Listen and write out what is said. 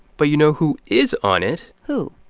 but you know who is on it? who?